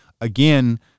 again